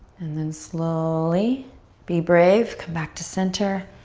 and then slowly be brave, come back to center,